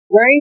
right